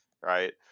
Right